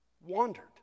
wandered